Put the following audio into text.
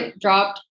dropped